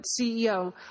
CEO